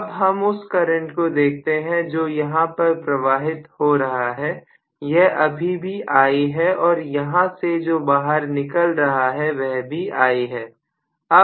अब हम उस करंट को देखते हैं जो यहां पर प्रवाहित हो रहा है यह अभी भी I है और यहां से जो बाहर निकल रहा है वह भी I है